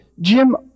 Jim